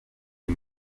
les